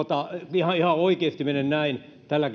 ihan ihan oikeasti mene näin tällä